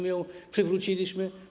My im ją przywróciliśmy.